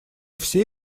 все